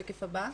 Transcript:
שקף הבא.